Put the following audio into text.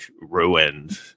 ruined